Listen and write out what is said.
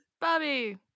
Bobby